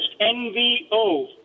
NVO